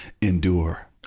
endure